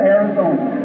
Arizona